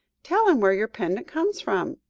tell him where your pendant comes from.